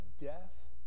death